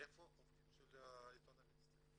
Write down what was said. איפה העובדים של עיתון וסטי?